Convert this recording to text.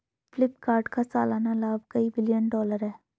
फ्लिपकार्ट का सालाना लाभ कई बिलियन डॉलर है